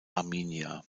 arminia